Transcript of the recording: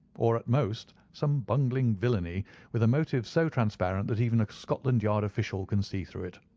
or, at most, some bungling villainy with a motive so transparent that even a scotland yard official can see through it.